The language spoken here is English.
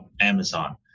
Amazon